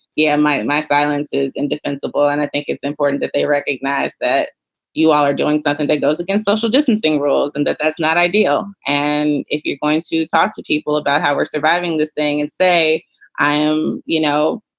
yeah, my my silence is indefensible. and i think it's important that they recognize that you all are doing something that goes against social distancing rules and that that's not ideal. and if you're going to talk to people about how we're surviving this thing and say i am, you know,